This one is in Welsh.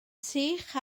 sych